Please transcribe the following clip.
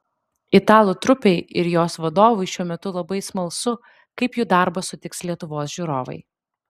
italų trupei ir jos vadovui šiuo metu labai smalsu kaip jų darbą sutiks lietuvos žiūrovai